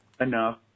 enough